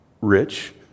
rich